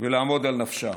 ולעמוד על נפשם.